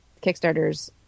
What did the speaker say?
Kickstarters